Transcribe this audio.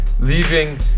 leaving